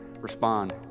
Respond